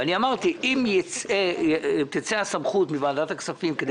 ואמרתי: אם תצא הסמכות מוועדת הכספים כדי